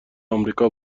آمریکا